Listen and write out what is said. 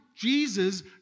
Jesus